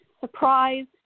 Surprise